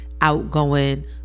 outgoing